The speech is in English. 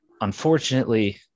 unfortunately